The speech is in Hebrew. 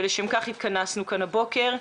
ולשם כך התכנסנו כאן הבוקר.